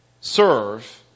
serve